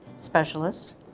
specialist